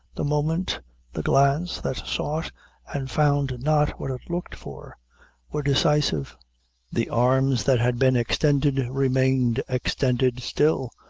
the moment the glance that sought and found not what it looked for were decisive the arms that had been extended remained extended still,